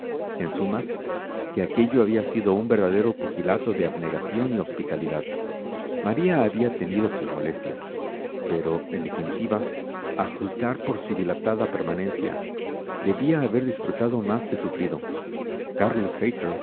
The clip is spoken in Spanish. en suma que aquello había sido un verdadero pugilato de abnegación y hospitalidad maría había tenido sus molestias pero en definitiva a juzgar por su dilatada permanencia debía haber disfrutado más que sufrido